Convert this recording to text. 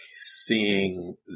seeing